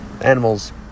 animals